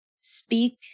speak